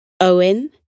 Owen